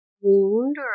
wound